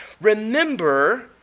Remember